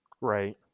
Right